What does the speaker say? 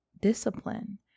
discipline